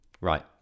Right